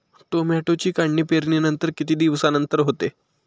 टोमॅटोची काढणी पेरणीनंतर किती दिवसांनंतर होते?